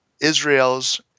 Israel's